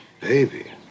Baby